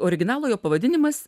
originalo jo pavadinimas